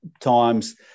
times